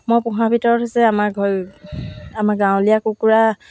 নিজে ৰুমাল তাৰপিছত গাৰু কভাৰ এইবোৰ বনাবলৈ মোৰো মন আছিলে